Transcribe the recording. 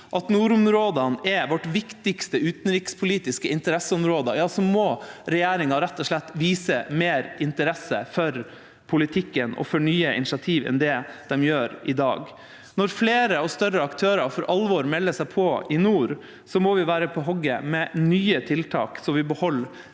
at nordområdene er vårt viktigste utenrikspolitiske interesseområde, må regjeringa rett og slett vise mer interesse for politikken og for nye initiativ enn det den gjør i dag. Når flere og større aktører for alvor melder seg på i nord, må vi være på hugget med nye tiltak, slik at vi beholder